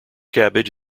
cabbage